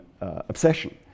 obsession